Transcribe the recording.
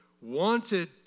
wanted